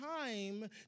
time